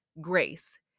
grace